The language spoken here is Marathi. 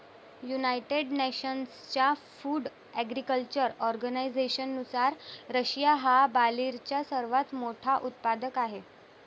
युनायटेड नेशन्सच्या फूड ॲग्रीकल्चर ऑर्गनायझेशननुसार, रशिया हा बार्लीचा सर्वात मोठा उत्पादक आहे